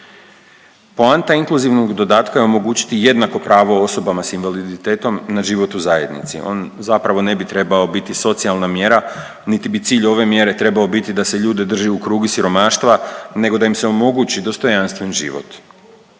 Poanta inkluzivnog dodataka je omogućiti jednako pravo osobama s invaliditetom na život u zajednici, on zapravo ne bi trebao biti socijalna mjera niti bi cilj ove mjere trebao biti da se ljude drži u krugu siromaštva nego da im se omogući dostojanstven život.